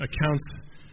accounts